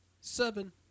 Seven